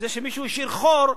זה שמישהו השאיר חור,